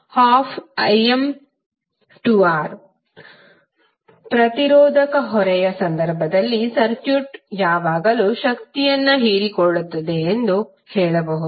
P12VmIm12Im2R ಪ್ರತಿರೋಧಕ ಹೊರೆಯ ಸಂದರ್ಭದಲ್ಲಿ ಸರ್ಕ್ಯೂಟ್ ಯಾವಾಗಲೂ ಶಕ್ತಿಯನ್ನು ಹೀರಿಕೊಳ್ಳುತ್ತದೆ ಎಂದು ಹೇಳಬಹುದು